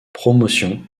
promotion